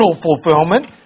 fulfillment